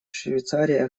швейцария